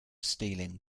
stealing